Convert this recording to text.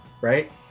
right